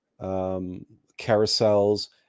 carousels